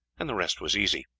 and the rest was easy.